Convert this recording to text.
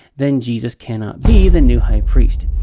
then jesus cannot be the new high priest.